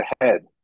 ahead